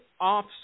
off